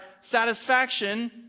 satisfaction